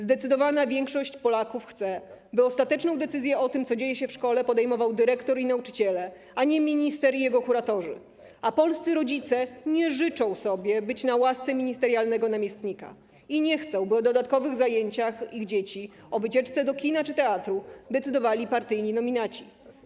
Zdecydowana większość Polaków chce, by ostateczną decyzję o tym, co dzieje się w szkole, podejmował dyrektor i nauczyciele, a nie minister i jego kuratorzy, a polscy rodzice nie życzą sobie być na łasce ministerialnego namiestnika i nie chcą, by o dodatkowych zajęciach ich dzieci, o wycieczce do kina czy teatru decydowali partyjni nominaci.